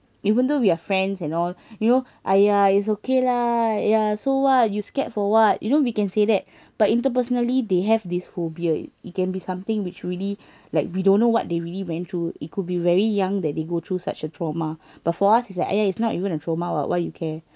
even though we're friends and all you know !aiya! it's okay lah ya so what are you scared for what you know we can say that but interpersonally they have this phobia it can be something which really like we don't know what they really went through it could be very young that they go through such a trauma but for us is like !aiya! it's not even a trauma what why you care